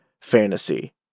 fantasy